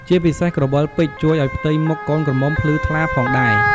ជាពិសេសក្រវិលពេជ្រជួយឲ្យផ្ទៃមុខកូនក្រមុំភ្លឺថ្លាផងដែរ។